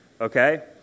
Okay